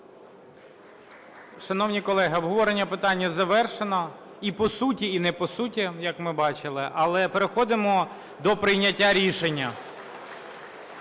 Шановні колеги, обговорення питання завершено і по суті, і не по суті, як ми бачили. Але переходимо до прийняття рішення.